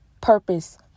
purpose